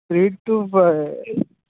three to five